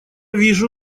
вижу